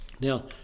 now